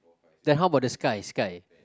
then how about the sky sky